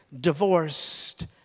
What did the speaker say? divorced